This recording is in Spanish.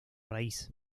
raíz